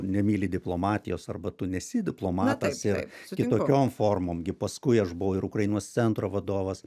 nemyli diplomatijos arba tu nesi diplomatas ir kitokiom formom gi paskui aš buvau ir ukrainos centro vadovas